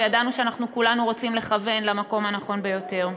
וידענו שאנחנו כולנו רוצים לכוון למקום הנכון ביותר,